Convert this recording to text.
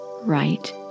right